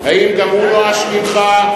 האם גם הוא נואש ממך?